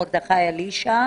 מרדכי אלישע,